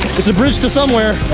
it's a bridge to somewhere.